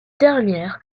dernière